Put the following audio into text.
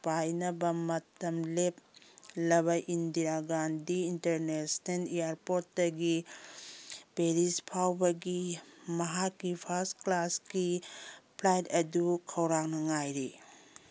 ꯄꯥꯏꯅꯕ ꯃꯇꯝ ꯂꯦꯞꯂꯕ ꯏꯟꯗꯤꯔꯥ ꯒꯥꯟꯗꯤ ꯏꯟꯇꯔꯅꯦꯁꯅꯦꯜ ꯏꯌꯥꯔꯄꯣꯠꯇꯒꯤ ꯄꯦꯔꯤꯁ ꯐꯥꯎꯕꯒꯤ ꯃꯍꯥꯛꯀꯤ ꯐꯥꯁ ꯀ꯭ꯂꯥꯁꯀꯤ ꯐ꯭ꯂꯥꯏꯠ ꯑꯗꯨ ꯈꯧꯔꯥꯡꯅ ꯉꯥꯏꯔꯤ